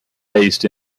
based